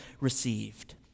received